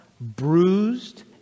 bruised